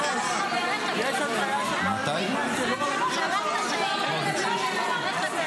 אתה צריך להתבייש כי פגעת באנשים עם צרכים מיוחדים